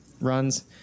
runs